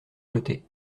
jetées